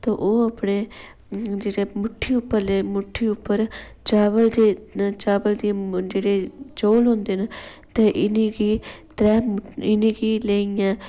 ते ओह् अपने जेह्ड़े मुठ्ठी उप्पर ले मुठ्ठी उप्पर चावल दे चावल दियां जेह्ड़ी चौल होंदे न ते इ'नेंगी त्रै इ'नेंगी लेइयै